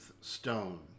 stone